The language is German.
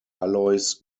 alois